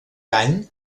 any